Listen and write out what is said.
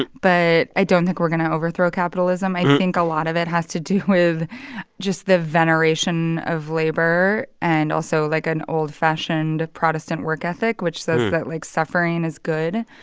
but i don't think we're going to overthrow capitalism. i think a lot of it has to do with just the veneration of labor and also, like, an old-fashioned, protestant work ethic, which says that, like, suffering is good.